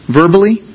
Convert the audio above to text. verbally